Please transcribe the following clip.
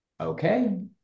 okay